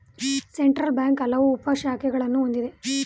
central bank ಹಲವು ಉಪ ಶಾಖೆಗಳನ್ನು ಹೊಂದಿದೆ